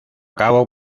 cabo